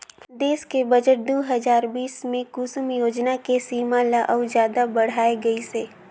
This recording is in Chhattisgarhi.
देस के बजट दू हजार बीस मे कुसुम योजना के सीमा ल अउ जादा बढाए गइसे